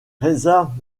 reza